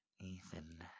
Ethan